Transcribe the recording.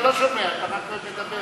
אתה לא שומע, חבר הכנסת אגבאריה,